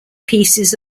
pieces